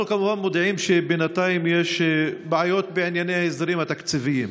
אנחנו כמובן מודעים לכך שבינתיים יש בעיות בענייני ההסדרים התקציביים,